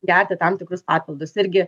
gerti tam tikrus papildus irgi